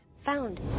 Found